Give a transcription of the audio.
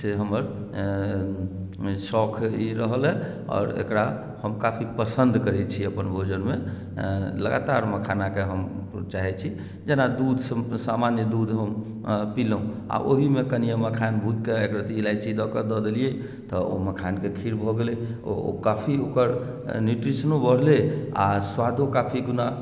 से हमर शौख ई रहलए आओर एकरा हम काफी पसन्द करैत छी अपन भोजनमे लगातार मखाना कऽ हम चाहैत छी जेना दूध स सामान्य दूध पिलहुँ आ ओहिमे कनिए मखान बूकिके एक रत्ती इलाँयची दऽ देलियै तऽ ओ मखानके खीर भऽ गेलै ओ ओ काफी ओकर न्यूट्रिशनो बढ़लै आ स्वादो काफी गुना